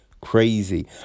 crazy